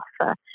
offer